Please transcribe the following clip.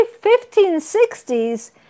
1560s